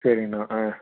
சரிங்கண்ணா ஆ